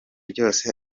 byose